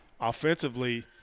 Offensively